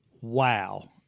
wow